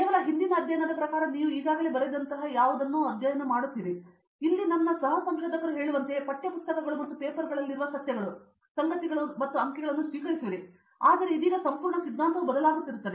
ಕೇವಲ ಹಿಂದಿನ ಅಧ್ಯಯನದ ಪ್ರಕಾರ ನೀವು ಈಗಾಗಲೇ ಬರೆದಂತಹ ಯಾವುದನ್ನು ಅಧ್ಯಯನ ಮಾಡುತ್ತೀರಿ ಇಲ್ಲಿ ನನ್ನ ಸಹ ಸಂಶೋಧಕರು ಹೇಳುವಂತೆಯೇ ಪಠ್ಯ ಪುಸ್ತಕಗಳು ಮತ್ತು ಪೇಪರ್ಗಳಲ್ಲಿನ ಸತ್ಯಗಳು ಸಂಗತಿಗಳು ಮತ್ತು ಅಂಕಿಗಳನ್ನು ಸ್ವೀಕರಿಸುವಿರಿ ಆದರೆ ಇದೀಗ ಸಂಪೂರ್ಣ ಸಿದ್ಧಾಂತವು ಬದಲಾಗುತ್ತಿರುತ್ತದೆ